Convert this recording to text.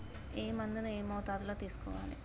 ఏ మందును ఏ మోతాదులో తీసుకోవాలి?